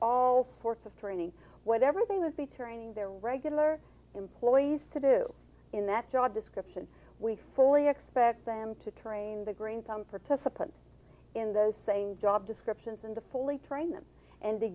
all force of training whatever they would be training their regular employees to do in that job description we fully expect them to train the green thumb participants in those same job descriptions and to fully train them and t